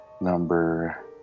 number